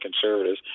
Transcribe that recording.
Conservatives